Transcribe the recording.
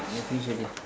ya finish already